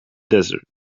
desert